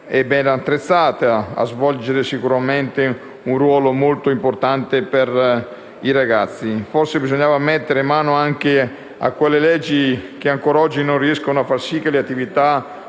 è ben attrezzata a svolgere un ruolo molto importante per i ragazzi. Forse bisognava mettere mano anche a quelle leggi che ancora oggi non riescono a supportare le attività